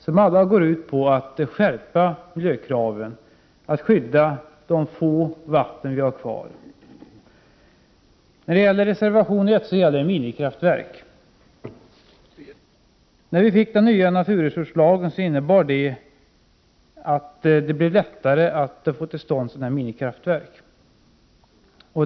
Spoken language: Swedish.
De går alla ut på att skärpa miljökraven och att skydda de få vatten vi har kvar. Reservation 1 handlar om minikraftverk. När den nya naturresurslagen infördes innebar det att det blev lättare att få till stånd minikraftverk.